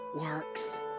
works